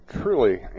truly